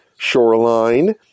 Shoreline